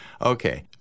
Okay